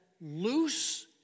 loose